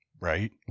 Right